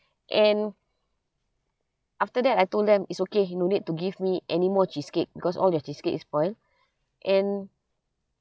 and after that I told them it's okay no need to give me any more cheesecake because all your cheesecake is spoil and